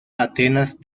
atenas